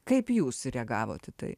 kaip jūs reagavot į tai